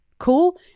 cool